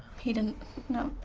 he didn't no,